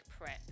prep